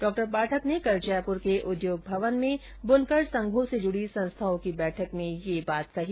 डा पाठक ने कल जयपुर के उद्योग भवन में बुनकर संघों से जुडी संस्थाओं की बैठक में ये बात कही